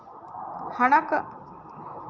ಹಣಕಾಸು ಮತ್ತು ಹಣಕಾಸು ಸಂಸ್ಥೆಗಳ ನಡುವಿನ ವ್ಯತ್ಯಾಸವೇನು?